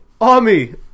Army